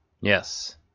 yes